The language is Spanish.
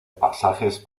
pasajes